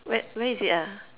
where where is it ah